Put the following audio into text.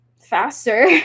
faster